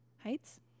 Heights